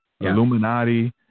Illuminati